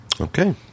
Okay